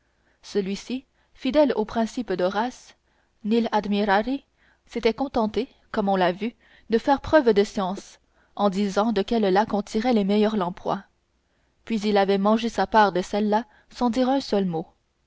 celui-ci fidèle au principe d'horace nil admirari s'était contenté comme on l'a vu de faire preuve de science en disant de quel lac on tirait les meilleures lamproies puis il avait mangé sa part de celle-là sans dire un seul mot